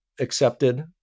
accepted